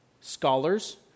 scholars